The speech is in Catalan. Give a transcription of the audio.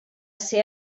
ser